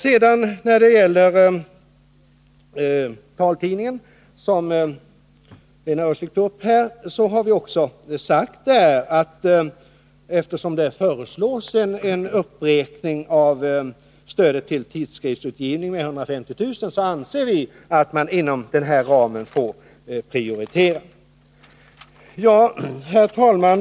Beträffande taltidningar för barn, som Lena Öhrsvik tog upp, har vi påpekat att det föreslås en uppräkning av stödet till tidskriftsutgivning med 150 000 kr. och sagt att man får prioritera inom den ramen. Herr talman!